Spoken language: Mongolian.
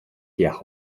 яах